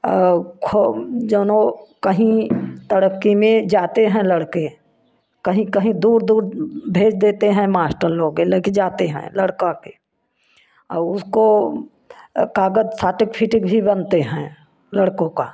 और खूब जो कहीं तरक्की में जाते हैं लड़के कहीं कहीं दूर दूर भेज देते हैं मास्टर लोग के लेके जाते हैं लड़का के और उसको कागज साटेफिट भी बनते हैं लड़कों का